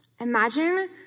Imagine